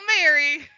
Mary